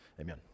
Amen